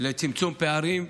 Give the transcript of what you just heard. לצמצום פערים,